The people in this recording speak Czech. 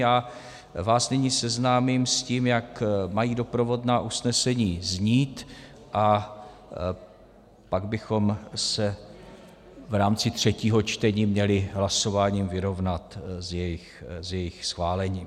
Já vás nyní seznámím s tím, jak mají doprovodná usnesení znít, a pak bychom se v rámci třetího čtení měli hlasováním vyrovnat s jejich schválením.